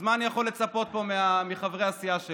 אז למה אני יכול לצפות פה מחברי הסיעה שלו?